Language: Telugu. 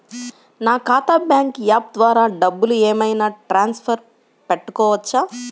నా ఖాతా బ్యాంకు యాప్ ద్వారా డబ్బులు ఏమైనా ట్రాన్స్ఫర్ పెట్టుకోవచ్చా?